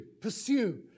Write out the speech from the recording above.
pursue